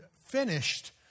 finished